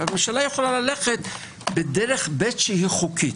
הממשלה יכולה ללכת בדרך ב' שהיא חוקית.